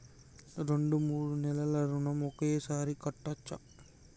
రెండు మూడు నెలల ఋణం ఒకేసారి కట్టచ్చా?